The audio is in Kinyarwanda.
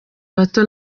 bato